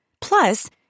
Plus